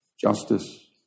justice